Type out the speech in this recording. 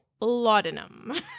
laudanum